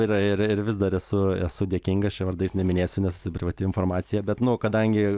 ir ir ir vis dar esu esu dėkingas čia vardais neminėsiu nes privati informacija bet nu kadangi